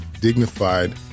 dignified